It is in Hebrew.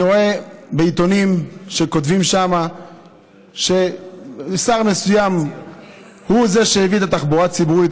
אני רואה בעיתונים שכותבים שם ששר מסוים הוא שהביא את התחבורה הציבורית,